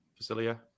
Facilia